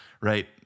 right